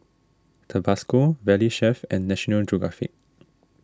Tabasco Valley Chef and National Geographic